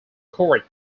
court